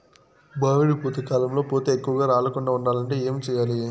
మామిడి పూత కాలంలో పూత ఎక్కువగా రాలకుండా ఉండాలంటే ఏమి చెయ్యాలి?